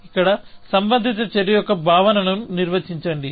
ఇక్కడ సంబంధిత చర్య యొక్క భావనను నిర్వచించండి